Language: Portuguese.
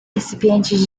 recipientes